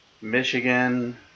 Michigan